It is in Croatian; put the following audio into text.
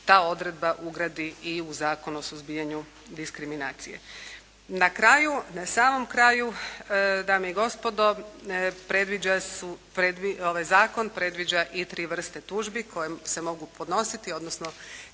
ta odredba ugradi i u Zakon o suzbijanju diskriminacije. Na kraju, samom kraju dame i gospodo, zakon predviđa i tri vrste tužbi koje se mogu podnositi odnosno